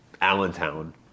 Allentown